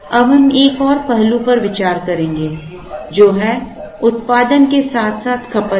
अब हम एक और पहलू पर विचार करेंगे जो है उत्पादन के साथ साथ खपत भी